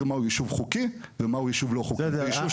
מהו יישוב חוקי ומהו יישוב לא חוקי בסדר,